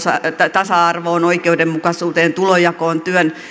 tasa arvoon oikeudenmukaisuuteen tulonjakoon